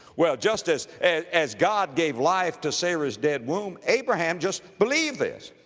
well, just as, as, as god gave life to sarah's dead womb, abraham just believed this.